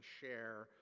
share